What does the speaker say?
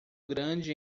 grande